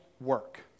work